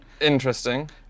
Interesting